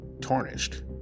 tarnished